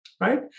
right